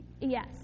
Yes